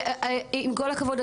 עם כל הכבוד,